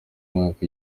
mwaka